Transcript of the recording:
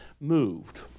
moved